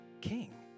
king